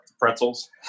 Pretzels